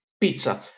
pizza